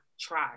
try